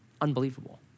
Unbelievable